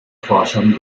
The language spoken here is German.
forschern